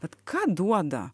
bet ką duoda